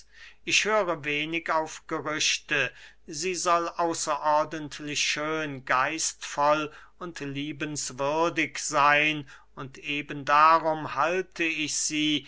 ich höre wenig auf gerüchte sie soll außerordentlich schön geistvoll und liebenswürdig seyn und eben darum halte ich sie